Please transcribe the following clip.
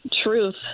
truth